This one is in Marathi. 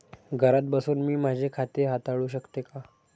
घरात बसून मी माझे खाते हाताळू शकते का?